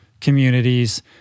communities